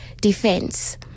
defense